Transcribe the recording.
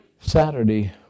Saturday